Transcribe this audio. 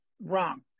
Wrong